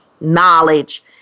knowledge